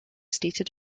stated